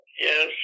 Yes